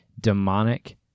demonic